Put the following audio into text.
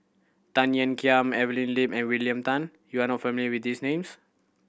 Tan Ean Kiam Evelyn Lip and William Tan you are not familiar with these names